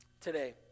today